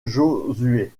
josué